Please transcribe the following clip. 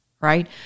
Right